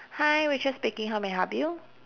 hi rachel speaking how may I help you